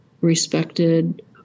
respected